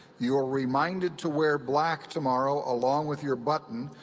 you are reminded to wear black tomorrow, along with your button,